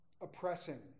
Oppressing